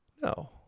No